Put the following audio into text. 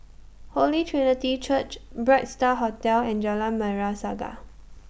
Holy Trinity Church Bright STAR Hotel and Jalan Merah Saga